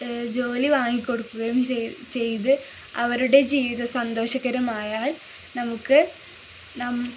ജോലി വാങ്ങിക്കൊടുക്കുകയും ചെയ്ത് അവരുടെ ജീവിതം സന്തോഷകരമായാൽ നമുക്ക്